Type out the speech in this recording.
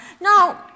No